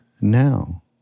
now